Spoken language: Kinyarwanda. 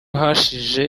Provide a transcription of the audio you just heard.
hashije